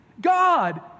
God